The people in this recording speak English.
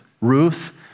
Ruth